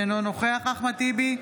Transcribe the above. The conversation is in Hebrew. אינו נוכח אחמד טיבי,